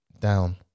down